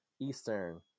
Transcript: Eastern